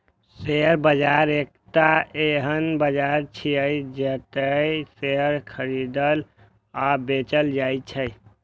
share बाजार एकटा एहन बाजार छियै, जतय शेयर खरीदल आ बेचल जाइ छै